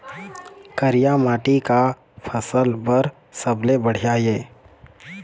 करिया माटी का फसल बर सबले बढ़िया ये?